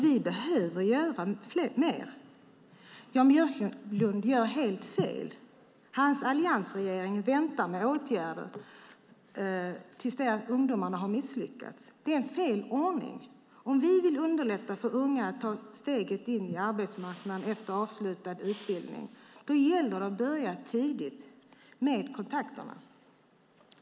Vi behöver göra mer. Jan Björklund gör helt fel. Hans alliansregering väntar med åtgärder till dess att ungdomarna har misslyckats. Det är fel ordning. Om vi vill underlätta för unga att ta steget in på arbetsmarknaden efter avslutad utbildning gäller det att börja tidigt med kontakterna.